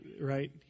Right